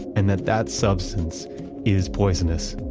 and that that substance is poisonous,